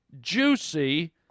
juicy